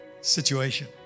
situation